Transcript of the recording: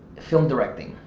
film directing.